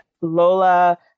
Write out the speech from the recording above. Lola